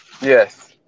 Yes